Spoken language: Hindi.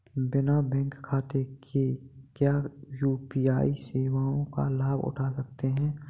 बिना बैंक खाते के क्या यू.पी.आई सेवाओं का लाभ उठा सकते हैं?